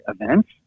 events